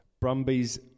Brumbies